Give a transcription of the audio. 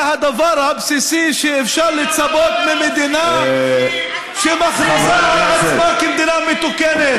זה הדבר הבסיסי שאפשר לצפות ממדינה שמכריזה על עצמה כמדינה מתוקנת.